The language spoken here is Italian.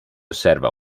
osserva